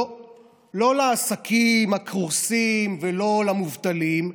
לא לעסקים הקורסים ולא למובטלים,